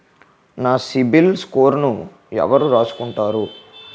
నా సిబిల్ స్కోరును ఎవరు రాసుకుంటారు